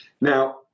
Now